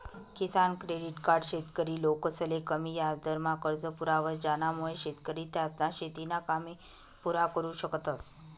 किसान credit card शेतकरी लोकसले कमी याजदरमा कर्ज पुरावस ज्यानामुये शेतकरी त्यासना शेतीना कामे पुरा करु शकतस